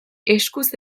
eskuz